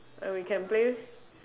and we can play